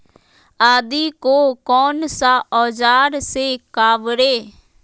आदि को कौन सा औजार से काबरे?